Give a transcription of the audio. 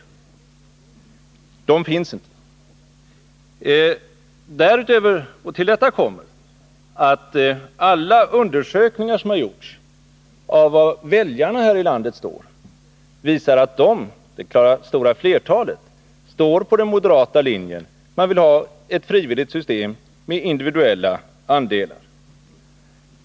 Någon sådan finns inte. Till detta kommer att alla undersökningar som har gjorts om var väljarna här i landet står visar att det stora flertalet står på den moderata linjen — man vill ha ett frivilligt system med individuella andelar.